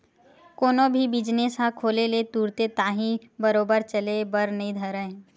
कोनो भी बिजनेस ह खोले ले तुरते ताही बरोबर चले बर नइ धरय